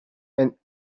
and